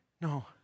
No